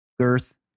Girth